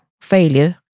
failure